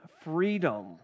freedom